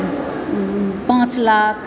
पाँच लाख